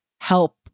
help